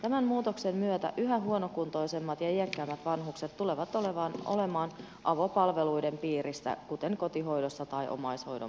tämän muutoksen myötä yhä huonokuntoisemmat ja iäkkäämmät vanhukset tulevat olemaan avopalveluiden piirissä kuten kotihoidossa tai omaishoidon parissa